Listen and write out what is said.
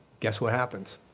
guess what happens,